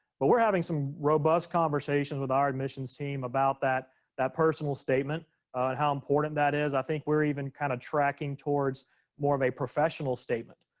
but we're having some robust conversations with our admissions team about that that personal statement and how important that is. i think we're even kind of tracking towards more of a professional statement.